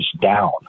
down